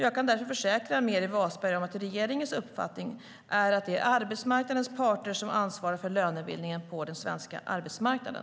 Jag kan därför försäkra Meeri Wasberg om att regeringens uppfattning är att det är arbetsmarknadens parter som ansvarar för lönebildningen på den svenska arbetsmarknaden.